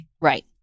Right